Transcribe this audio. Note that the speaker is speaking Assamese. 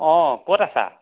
অঁ ক'ত আছা